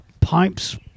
pipes